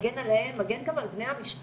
שמגן עליהם, מגן גם על בני המשפחה.